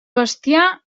bestiar